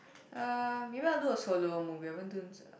uh maybe I'll do a solo movie I haven't do it in